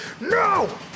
No